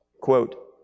quote